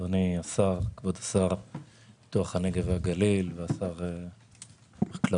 אדוני כבוד השר לפיתוח הנגב והגליל ושר החקלאות,